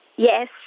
Yes